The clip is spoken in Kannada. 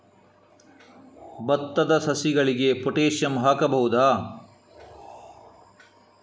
ಭತ್ತದ ಸಸಿಗಳಿಗೆ ಪೊಟ್ಯಾಸಿಯಂ ಹಾಕಬಹುದಾ?